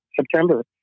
September